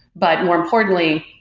but more importantly,